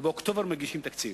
ובאוקטובר מגישים תקציב.